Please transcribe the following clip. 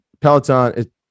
Peloton